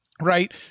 Right